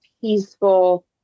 peaceful